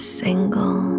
single